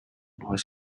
was